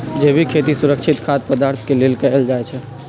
जैविक खेती सुरक्षित खाद्य पदार्थ के लेल कएल जाई छई